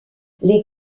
les